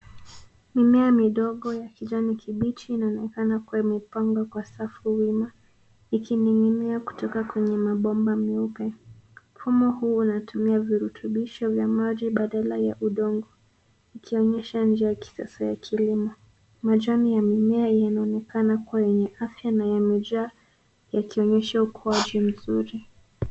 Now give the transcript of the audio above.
Mimea midogo ya kijani kibichi inaonekana kuwa imepangwa kwa safu wima ikining'inia kutoka kwenye mabomba meupe. Mfumo huu unatumia virutubisho vya maji badala ya udongo ikionyesha njia ya kisasa ya kilimo. Majani ya mimea yanaonekana kuwa yenye afya na yamejaa yakionyesha ukuaji mzuri.